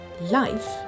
Life